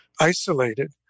isolated